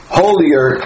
holier